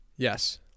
Yes